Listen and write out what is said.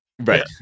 Right